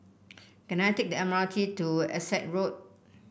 can I take the M R T to Essex Road